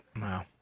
Wow